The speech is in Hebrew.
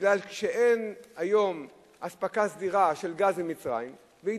בגלל שאין היום אספקה סדירה של גז ממצרים ובגלל